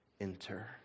enter